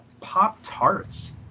Pop-Tarts